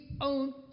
own